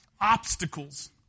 obstacles